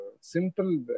simple